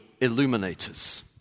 illuminators